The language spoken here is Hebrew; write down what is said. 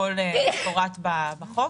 הכול מפורט בחוק.